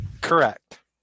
Correct